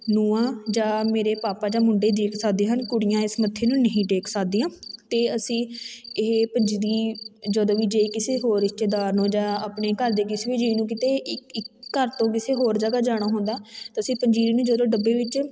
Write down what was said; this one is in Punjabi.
ਨੂੰਹਾਂ ਜਾਂ ਮੇਰੇ ਪਾਪਾ ਜਾਂ ਮੁੰਡੇ ਟੇਕ ਸਕਦੇ ਹਨ ਕੁੜੀਆਂ ਇਸ ਮੱਥੇ ਨੂੰ ਨਹੀਂ ਟੇਕ ਸਕਦੀਆਂ ਅਤੇ ਅਸੀਂ ਇਹ ਪੰਜੀਰੀ ਜਦੋਂ ਵੀ ਜੇ ਕਿਸੇ ਹੋਰ ਰਿਸ਼ਤੇਦਾਰ ਨੂੰ ਜਾਂ ਆਪਣੇ ਘਰ ਦੇ ਕਿਸੇ ਵੀ ਜੀਅ ਨੂੰ ਕਿਤੇ ਇੱਕ ਇੱਕ ਘਰ ਤੋਂ ਕਿਸੇ ਹੋਰ ਜਗ੍ਹਾ ਜਾਣਾ ਹੁੰਦਾ ਤਾਂ ਅਸੀਂ ਪੰਜੀਰੀ ਨੂੰ ਜਦੋਂ ਡੱਬੇ ਵਿੱਚ